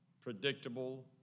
predictable